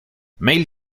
male